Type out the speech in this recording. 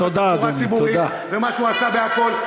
בתחבורה הציבורית ומה שהוא עשה בכול,